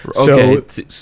Okay